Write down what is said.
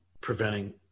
preventing